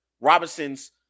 Robinson's